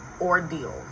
ordeal